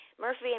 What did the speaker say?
Murphy